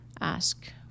ask